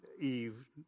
Eve